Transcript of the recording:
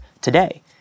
today